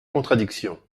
contradiction